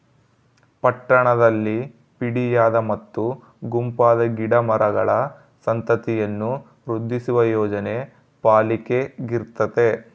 ಪಟ್ಟಣದಲ್ಲಿ ಬಿಡಿಯಾದ ಮತ್ತು ಗುಂಪಾದ ಗಿಡ ಮರಗಳ ಸಂತತಿಯನ್ನು ವೃದ್ಧಿಸುವ ಯೋಜನೆ ಪಾಲಿಕೆಗಿರ್ತತೆ